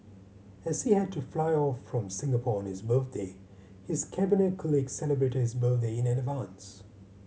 as he had to fly off from Singapore on his birthday his Cabinet colleagues celebrated his birthday in advance